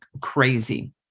crazy